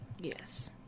Yes